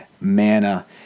manna